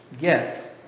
gift